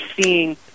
seeing